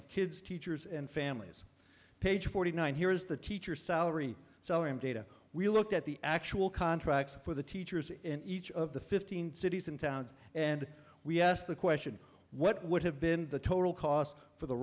of kids teachers and families page forty nine here is the teacher's salary so in data we looked at the actual contracts for the teachers in each of the fifteen cities and towns and we asked the question what would have been the total cost for the